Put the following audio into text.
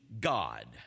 God